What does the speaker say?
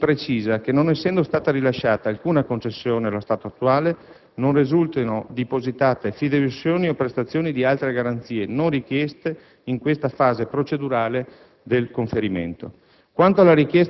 Infine, si precisa che non essendo stata rilasciata alcuna concessione, allo stato attuale non risultano depositate fideiussioni o prestazioni di altre garanzie, non richieste in questa fase procedurale del conferimento.